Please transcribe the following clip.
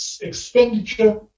expenditure